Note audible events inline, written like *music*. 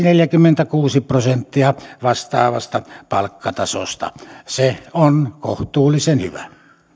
*unintelligible* neljäkymmentäkuusi prosenttia vastaavasta palkkatasosta se on kohtuullisen hyvä